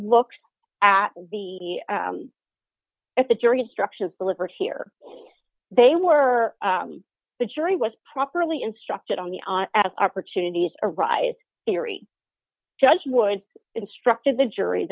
looks at the at the jury instructions delivered here they were the jury was properly instructed on the as opportunities arise theory judge would instructed the jury